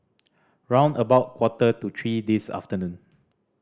round about quarter to three this afternoon